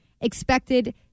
expected